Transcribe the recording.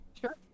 sure